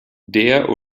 der